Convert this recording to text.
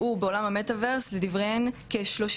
ברגע שדמות מתקרבת אלינו כשאנחנו במטה-ורס,